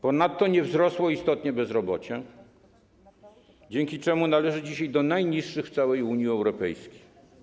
Ponadto nie wzrosło istotnie bezrobocie, dzięki czemu należy dzisiaj do najniższych w całej Unii Europejskiej.